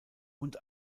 und